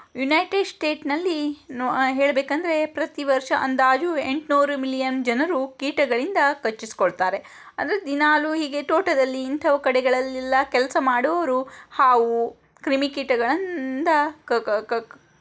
United ಸ್ಟೇಟ್ನಲ್ಲಿ ನೊ ಹೇಳಬೇಕಂದ್ರೆ ಪ್ರತಿ ವರ್ಷ ಅಂದಾಜು ಎಂಟುನೂರು ಮಿಲಿಯನ್ ಜನರು ಕೀಟಗಳಿಂದ ಕಚ್ಚಿಸಿಕೊಳ್ತಾರೆ ಅಂದ್ರೆ ದಿನಾಲೂ ಹೀಗೇ ತೋಟದಲ್ಲಿ ಇಂಥವು ಕಡೆಗಳಲ್ಲೆಲ್ಲ ಕೆಲಸ ಮಾಡುವವರು ಹಾವು ಕ್ರಿಮಿ ಕೀಟಗಳಿಂದ